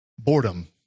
Boredom